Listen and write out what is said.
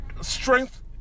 Strength